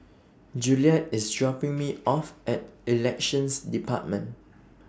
Juliette IS dropping Me off At Elections department